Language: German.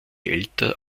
älter